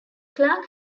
clark